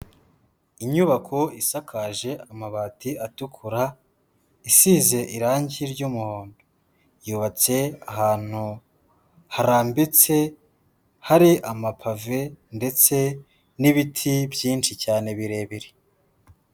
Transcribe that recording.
Inyubako isakaje amabati atukura isize irangi ry'umuhondo, yubatse ahantu harambitse hari amapave ndetse n'ibiti byinshi cyane birebire.